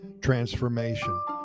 transformation